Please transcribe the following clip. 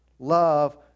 Love